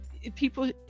people